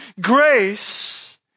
grace